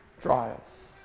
trials